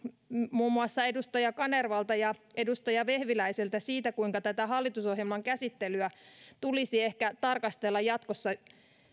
muun muassa edustaja kanervalta ja edustaja vehviläiseltä siitä kuinka tätä hallitusohjelman käsittelyä tulisi ehkä tarkastella jatkossa